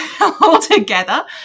altogether